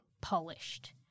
polished